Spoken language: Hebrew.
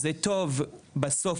בסוף,